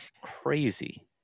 crazy